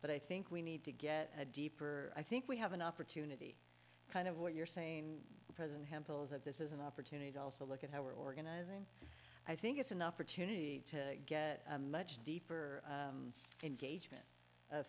but i think we need to get a deeper i think we have an opportunity kind of what you're saying present hempel's of this is an opportunity to also look at how we're organizing i think it's an opportunity to get a much deeper engagement